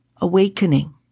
awakening